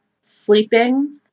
sleeping